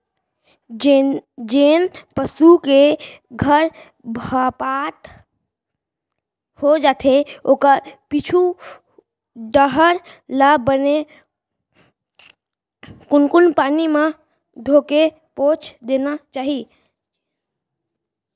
जेन पसू के गरभपात हो जाथे ओखर पीछू डहर ल बने कुनकुन पानी म धोके पोंछ देना चाही